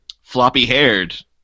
floppy-haired